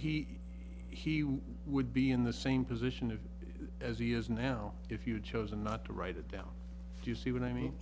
he he would be in the same position of as he is now if you chose not to write it down you see what i mean